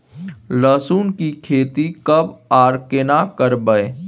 लहसुन की खेती कब आर केना करबै?